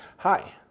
Hi